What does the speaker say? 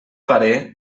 parer